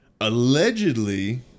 Allegedly